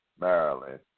Maryland